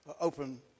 open